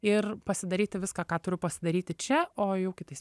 ir pasidaryti viską ką turiu pasidaryti čia o jau kitais